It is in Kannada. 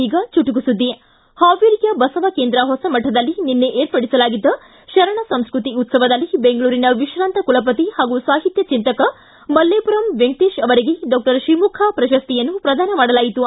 ಈಗ ಚುಟುಕು ಸುದ್ದಿ ಹಾವೇರಿಯ ಬಸವಕೇಂದ್ರ ಹೊಸಮಠದಲ್ಲಿ ನಿನ್ನೆ ಏರ್ಪಡಿಸಲಾಗಿದ್ದ ಶರಣ ಸಂಸ್ಕೃತಿ ಉತ್ಸವದಲ್ಲಿ ಬೆಂಗಳೂರಿನ ವಿಶ್ರಾಂತ ಕುಲಪತಿ ಹಾಗೂ ಸಾಹಿತ್ವ ಚಿಂತಕ ಮಲ್ಲೇಪುರಂ ವೆಂಕಟೇಶ ಅವರಿಗೆ ಡಾಕ್ಟರ್ ಶಿಮುಖ ಪ್ರಶಸ್ತಿಯನ್ನು ಪ್ರದಾನ ಮಾಡಲಾಯಿತು